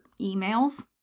emails